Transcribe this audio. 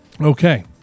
Okay